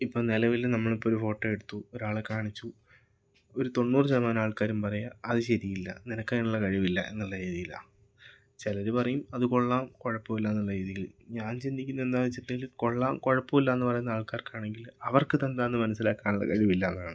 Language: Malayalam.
ഇപ്പം നിലവില് നമ്മൾ ഇപ്പം ഒരു ഫോട്ടോ എടുത്തു ഒരാളെ കാണിച്ചു ഒരു തൊണ്ണൂറ് ശതമാനം ആൾക്കാരും പറയുക അത് ശെരിയില്ല നിനക്ക് അതിനുള്ള കഴിവില്ല എന്നുള്ള രീതിയിലാണ് ചിലർ പറയും അത് കൊള്ളാം കുഴപ്പമില്ല എന്നുള്ള രീതിയില് ഞാൻ ചിന്തിക്കുന്നത് എന്താന്ന് വെച്ചിട്ടുണ്ടെങ്കില് കൊള്ളാം കുഴപ്പമില്ല എന്ന് പറയുന്ന ആൾക്കാർക്കാണെങ്കില് അവർക്ക് ഇത് എന്താണ് എന്ന് മനസ്സിലാക്കാനുള്ള കഴിവില്ലാന്നാണ്